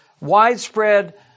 widespread